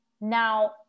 Now